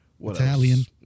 italian